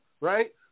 right